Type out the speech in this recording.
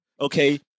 okay